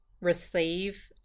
receive